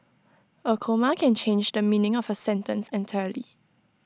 A comma can change the meaning of A sentence entirely